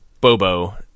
Bobo